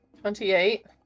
Twenty-eight